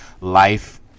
life